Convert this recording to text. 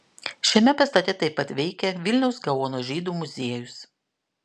šiame pastate taip pat veikia vilniaus gaono žydų muziejus